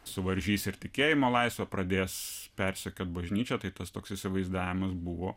suvaržys ir tikėjimo laisvę pradės persekiot bažnyčią tai tas toks įsivaizdavimas buvo